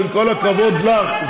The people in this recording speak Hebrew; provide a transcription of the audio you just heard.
הוא, שמעתי אותו, עם כל הכבוד לך.